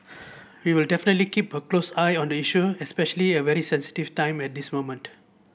we will definitely keep a close eye on the issue especially at a very sensitive time at this moment